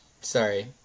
Sorry